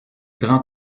grand